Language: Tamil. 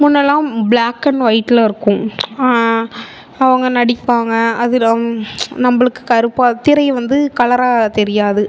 முன்னெல்லாம் ப்ளாக் அண்ட் ஒயிட்டில் இருக்கும் அவங்க நடிப்பாங்க அதில் நம்மளுக்கு கருப்பாக திரை வந்து கலராக தெரியாது